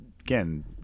Again